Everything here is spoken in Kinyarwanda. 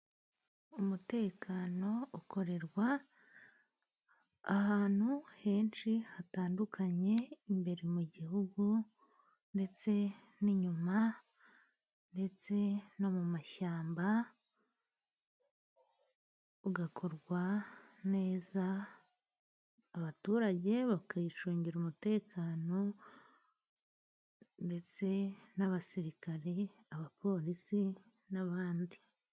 Umutekano ukorerwa ahantu henshi hatandukanye, imbere mu gihugu ndetse n'inyuma ndetse no mu mashyamba, ugakorwa neza abaturage bakicungira umutekano ndetse n'abasirikare, abapolisi n'abandi.